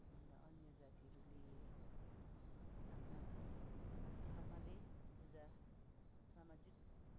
अन्त अन्य जातिहरूले आफ्नो आफ्नो धर्मले पूजा सामाजिक